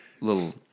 little